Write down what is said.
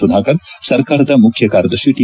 ಸುಧಾಕರ್ ಸರ್ಕಾರದ ಮುಖ್ಯ ಕಾರ್ಯದರ್ಶಿ ಟಿ